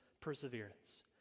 perseverance